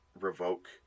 revoke